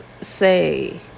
say